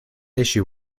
issue